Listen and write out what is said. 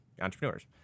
Entrepreneurs